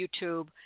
YouTube